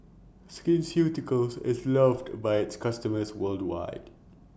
Skin Ceuticals IS loved By its customers worldwide